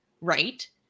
right